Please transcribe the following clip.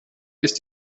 ist